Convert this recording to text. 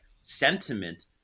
sentiment